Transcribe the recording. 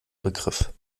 begriff